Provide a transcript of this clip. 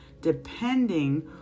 depending